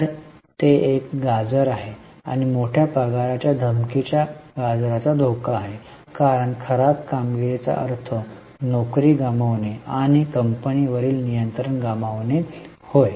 तर ते एक गाजर आहे आणि मोठ्या पगाराच्या धमकीच्या गाजरचा धोका आहे कारण खराब कामगिरीचा अर्थ नोकरी गमावणे आणि कंपनी वरील नियंत्रण गमावणे होय